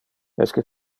esque